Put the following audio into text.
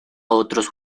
otros